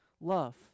love